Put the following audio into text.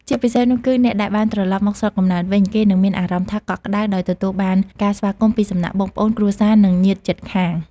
ជាពិសេសនោះគឺ អ្នកដែលបានត្រឡប់មកស្រុកកំណើតវិញ គេនឹងមានអារម្មណ៍ថា កក់ក្ដៅ ដោយទទួលបានការស្វាគមន៍ពីសំណាក់បងប្អូន គ្រួសារ និងញាតិជិតខាង។